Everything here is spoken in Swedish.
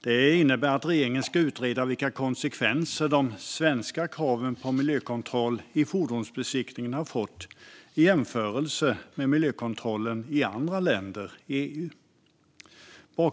Riksdagen vill att regeringen ska utreda vilka konsekvenser de svenska kraven på miljökontroll i fordonsbesiktningen har fått i jämförelse med miljökontrollen i andra EU-länder.